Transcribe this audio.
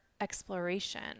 exploration